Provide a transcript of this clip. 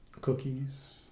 cookies